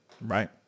Right